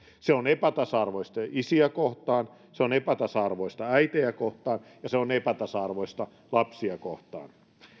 se on epätasa arvoista isiä kohtaan se on epätasa arvoista äitejä kohtaan ja se on epätasa arvoista lapsia kohtaan